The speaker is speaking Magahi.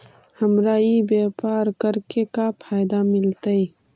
हमरा ई व्यापार करके का फायदा मिलतइ?